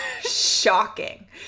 shocking